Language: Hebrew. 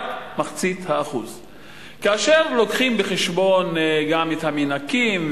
רק 0.5%. כאשר מביאים בחשבון גם את המנקים,